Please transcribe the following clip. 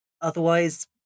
Otherwise